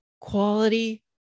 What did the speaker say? quality